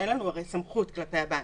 אין לנו הרי סמכות כלפי הבנקים,